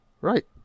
Right